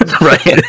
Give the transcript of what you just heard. right